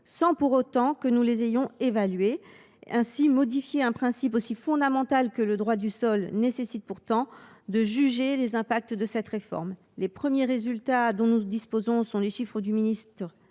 renforce, sans que nous les ayons évaluées. Modifier un principe aussi fondamental que le droit du sol nécessite pourtant de juger les impacts d’une telle réforme. Les premiers résultats dont nous disposons sont les chiffres du ministère